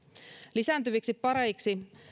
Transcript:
lisääntyviksi pareiksi